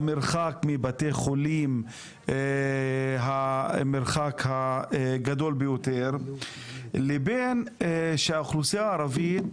המרחק מבתי חולים הוא המרחק הגדול ביותר לבין שהאוכלוסייה הערבית